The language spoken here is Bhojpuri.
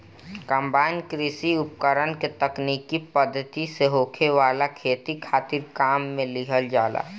कंबाइन कृषि उपकरण के तकनीकी पद्धति से होखे वाला खेती खातिर काम में लिहल जाला